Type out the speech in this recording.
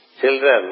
children